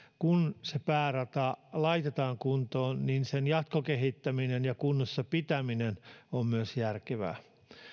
kun se päärata laitetaan kuntoon niin sen jatkokehittäminen ja kunnossa pitäminen on myös järkevää